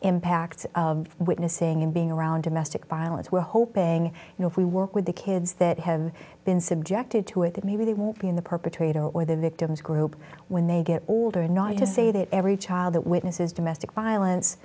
impacts of witnessing and being around domestic violence we're hoping you know if we work with the kids that have been subjected to it that maybe they won't be in the perpetrator or the victims group when they get older not to say that every child that witness is domestic violence